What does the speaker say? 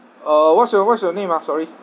uh what's your what's your name ah sorry